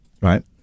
Right